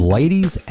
Ladies